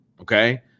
okay